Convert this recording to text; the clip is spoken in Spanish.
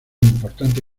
importante